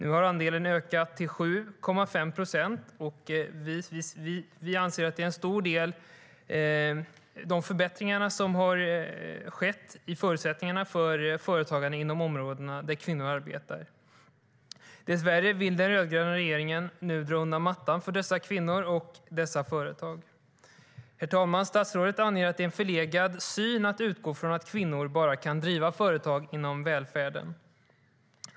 Nu har andelen ökat till 7,5 procent. Vi anser att det till stor del är en följd av de förbättringar som skett i förutsättningarna för företagande inom de områden där kvinnor arbetar. Dessvärre vill den rödgröna regeringen nu dra undan mattan för dessa kvinnor och dessa företag. Herr talman! Statsrådet anger att det är en förlegad syn att utgå från att kvinnor bara kan driva företag inom välfärden.